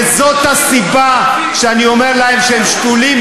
וזאת הסיבה שאני אומר להם שהם שתולים,